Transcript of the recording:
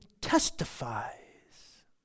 testifies